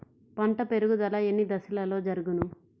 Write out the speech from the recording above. పంట పెరుగుదల ఎన్ని దశలలో జరుగును?